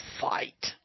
fight